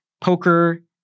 poker